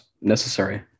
necessary